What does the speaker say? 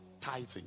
tithing